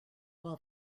while